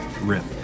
rip